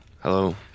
Hello